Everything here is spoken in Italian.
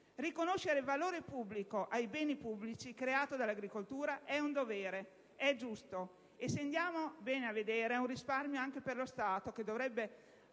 Riconoscere valore pubblico al bene pubblico creato dall'agricoltura è un dovere, è giusto, e se andiamo a ben vedere, è un risparmio anche per lo Stato che dovrebbe